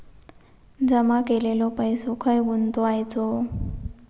जमा केलेलो पैसो खय गुंतवायचो?